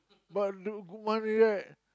part two one million right